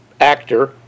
Actor